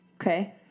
Okay